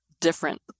different